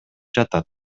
жатат